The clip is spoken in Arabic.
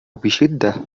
بشدة